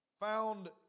found